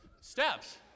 steps